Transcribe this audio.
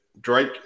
Drake